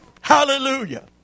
Hallelujah